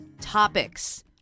topics